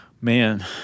Man